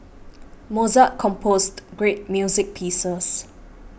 Mozart composed great music pieces